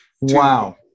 Wow